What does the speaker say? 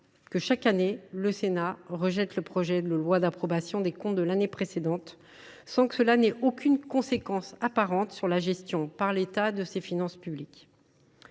que, chaque année, le Sénat rejette le projet de loi portant approbation des comptes de l’année précédente, sans que cela ait la moindre conséquence apparente sur la gestion par l’État des finances publiques.